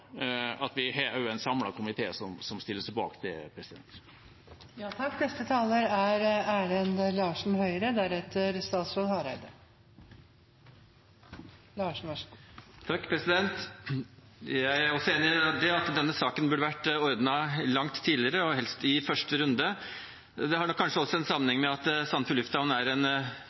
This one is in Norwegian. at det er en samlet komité som stiller seg bak det. Jeg er også enig i at denne saken burde vært ordnet langt tidligere – og helst i første runde. Det har kanskje også sammenheng med at Sandefjord lufthavn er en